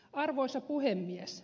arvoisa puhemies